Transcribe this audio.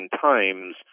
times